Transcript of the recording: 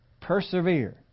Persevere